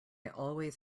always